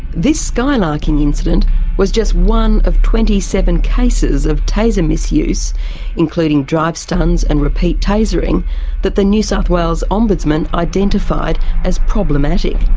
this skylarking incident was just one of twenty seven cases of taser misuse including drive-stuns and repeat tasering that the new south wales ombudsman identified as problematic.